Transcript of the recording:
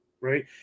right